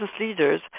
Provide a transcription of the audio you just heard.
leaders